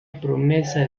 promesa